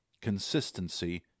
Consistency